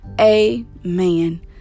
amen